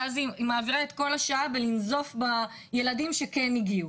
ואז היא מעבירה את כל השעה בלנזוף בילדים שכן הגיעו,